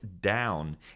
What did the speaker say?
down